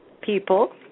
people